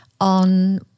on